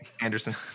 Anderson